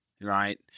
right